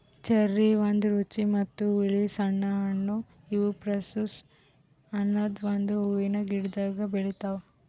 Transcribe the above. cherry ಒಂದ್ ರುಚಿ ಮತ್ತ ಹುಳಿ ಸಣ್ಣ ಹಣ್ಣು ಇವು ಪ್ರುನುಸ್ ಅನದ್ ಒಂದು ಹೂವಿನ ಗಿಡ್ದಾಗ್ ಬೆಳಿತಾವ್